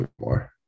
more